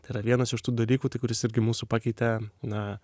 tai yra vienas iš tų dalykų tai kuris irgi mūsų pakeitė na